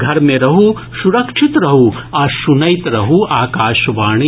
घर मे रहू सुरक्षित रहू आ सुनैत रहू आकाशवाणी